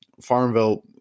Farmville